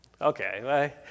Okay